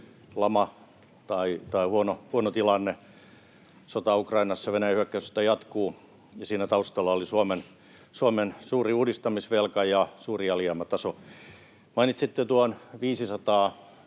lama tai huono tilanne. Venäjän hyökkäyssota Ukrainassa jatkuu, ja siinä taustalla oli Suomen suuri uudistamisvelka ja suuri alijäämätaso. Mainitsitte tuon 500